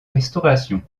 restauration